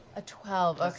a twelve.